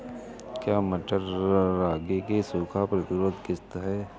क्या मटर रागी की सूखा प्रतिरोध किश्त है?